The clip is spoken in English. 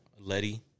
Letty